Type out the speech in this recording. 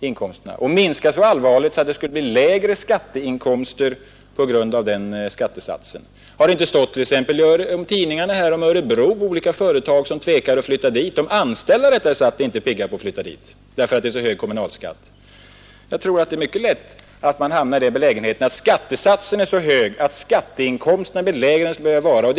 inkomsterna minska så allvarligt att det skulle bli lägre skatteinkomster på grund av de höga skattesatserna. Har det inte t.ex. stått i tidningarna om hur olika företag tvekar att flytta till Örebro därför att de anställda inte är pigga på att komma dit på grund av att kommunalskatten är för hög. Jag tror att man mycket lätt hamnar i den belägenheten att skattesatsen är så hög att skatteinkomsterna blir lägre än de skulle behöva bli.